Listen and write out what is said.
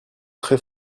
très